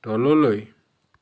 তললৈ